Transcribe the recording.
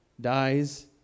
dies